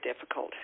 difficult